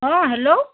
অঁ হেল্ল'